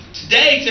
today